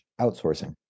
outsourcing